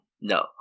No